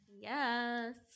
Yes